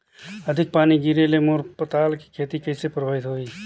अधिक पानी गिरे ले मोर पताल के खेती कइसे प्रभावित होही?